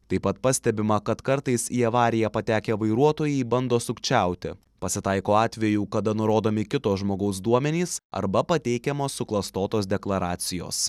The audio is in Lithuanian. taip pat pastebima kad kartais į avariją patekę vairuotojai bando sukčiauti pasitaiko atvejų kada nurodomi kito žmogaus duomenys arba pateikiamos suklastotos deklaracijos